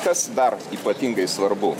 kas dar ypatingai svarbu